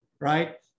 right